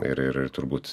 ir ir ir turbūt